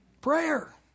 Prayer